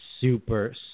super